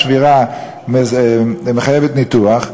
השבירה מחייבת ניתוח,